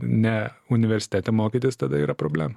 ne universitete mokytis tada yra problema